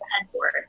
headboard